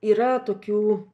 yra tokių